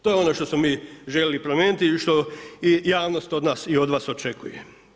To je ono što smo mi željeli promijeniti i što javnost od nas i od vas očekuje.